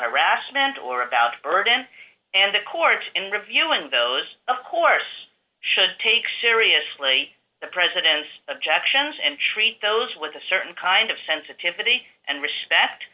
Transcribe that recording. harassment or about urban and the court and reviewing those of course should take seriously the president's objections and treat those with a certain kind of sensitivity and respect